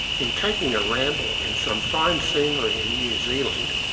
in taking a ramble in some fine scenery in new zealand,